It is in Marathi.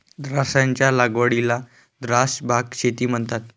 द्राक्षांच्या लागवडीला द्राक्ष बाग शेती म्हणतात